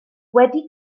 wedi